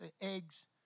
eggs